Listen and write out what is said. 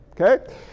Okay